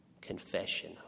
Confession